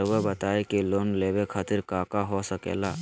रउआ बताई की लोन लेवे खातिर काका हो सके ला?